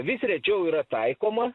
vis rečiau yra taikoma